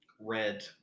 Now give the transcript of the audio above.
red